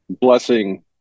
blessing